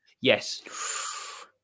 yes